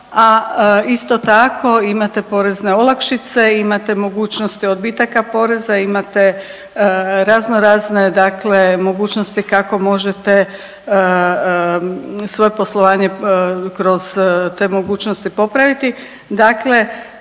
a isto tako imate porezne olakšice, imate mogućnosti odbitaka poreza, imate razno razne dakle mogućnosti kako možete svoje poslovanje kroz te mogućnosti popraviti,